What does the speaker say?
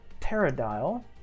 pterodile